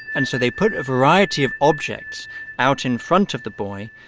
and so they put a variety of objects out in front of the boy,